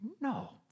no